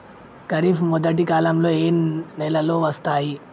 ఖరీఫ్ మొదటి కాలంలో ఏ నెలలు వస్తాయి?